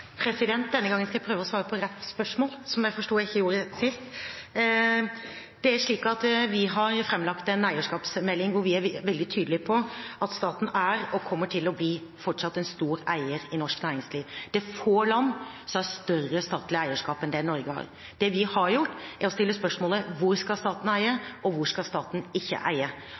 Denne gangen skal jeg prøve å svare på rett spørsmål, som jeg forstår at jeg ikke gjorde sist. Det er slik at vi har framlagt en eierskapsmelding hvor vi er veldig tydelig på at staten er og fortsatt kommer til å bli en stor eier i norsk næringsliv. Det er få land som har større statlig eierskap enn det Norge har. Det vi har gjort, er å stille spørsmålet: Hvor skal staten eie, og hvor skal den ikke eie?